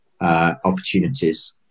Opportunities